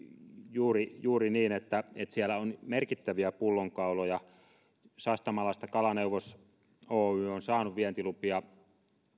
juuri juuri niin että siellä on merkittäviä pullonkauloja sastamalainen kalaneuvos oy on saanut vientilupia